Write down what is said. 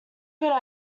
good